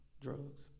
drugs